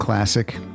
Classic